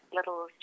little